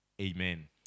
Amen